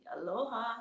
Aloha